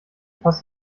passt